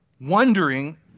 wondering